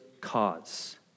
cause